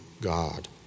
God